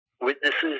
witnesses